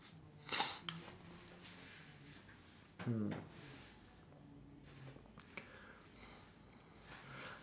mm